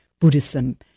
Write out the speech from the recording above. Buddhism